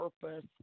purpose